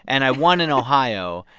and i won in ohio.